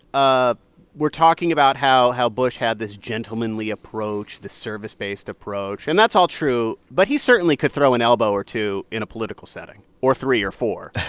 ah we're talking about how how bush had this gentlemanly approach, this service-based approach. and that's all true, but he certainly could throw an elbow or two in a political setting or three or four.